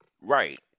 Right